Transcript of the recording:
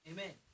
Amen